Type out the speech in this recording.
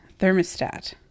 thermostat